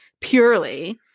purely